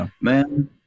man